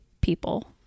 people